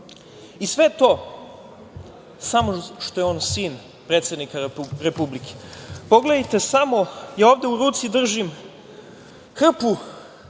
i sve to samo što je on sin predsednika Republike. Pogledajte samo, ovde u ruci držim hrpu